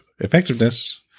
Effectiveness